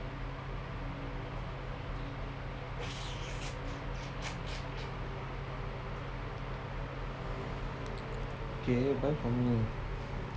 okay buy for me